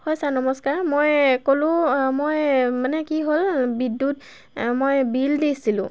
হয় ছাৰ নমস্কাৰ মই ক'লো মই মানে কি হ'ল বিদ্যুত মই বিল দিছিলোঁ